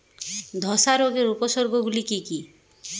ধসা রোগের উপসর্গগুলি কি কি?